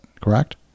correct